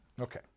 Okay